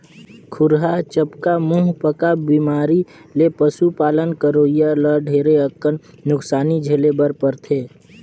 खुरहा चपका, मुहंपका बेमारी ले पसु पालन करोइया ल ढेरे अकन नुकसानी झेले बर परथे